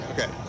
Okay